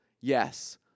Yes